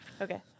Okay